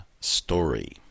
Story